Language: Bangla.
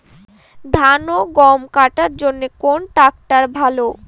ধান ও গম কাটার জন্য কোন ট্র্যাক্টর ভালো?